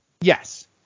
yes